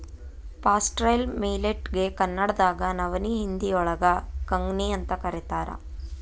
foxtail millet ಗೆ ಕನ್ನಡದಾಗ ನವನಿ, ಹಿಂದಿಯೋಳಗ ಕಂಗ್ನಿಅಂತ ಕರೇತಾರ